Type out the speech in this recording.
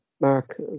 Mark